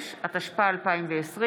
6), התשפ"א 2020,